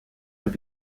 have